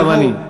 גם אני.